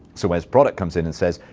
so whereas, product comes in and says,